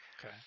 Okay